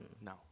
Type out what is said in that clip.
no